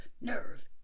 nerve